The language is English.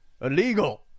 Illegal